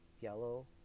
yellow